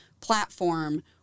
platform